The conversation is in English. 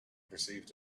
perceived